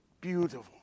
Beautiful